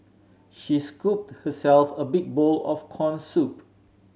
she scooped herself a big bowl of corn soup